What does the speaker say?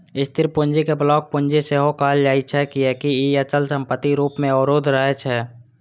स्थिर पूंजी कें ब्लॉक पूंजी सेहो कहल जाइ छै, कियैकि ई अचल संपत्ति रूप मे अवरुद्ध रहै छै